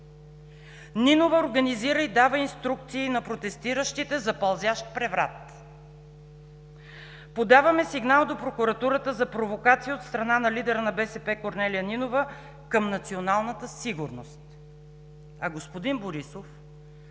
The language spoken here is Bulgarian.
„Нинова организира и дава инструкции на протестиращите за пълзящ преврат“, „Подаваме сигнал до прокуратурата за провокация от страна на лидера на БСП Корнелия Нинова към националната сигурност“. А господин Борисов